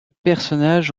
personnage